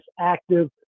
active